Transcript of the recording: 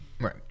Right